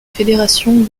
fédération